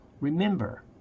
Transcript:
Remember